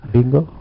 Bingo